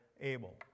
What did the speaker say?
Abel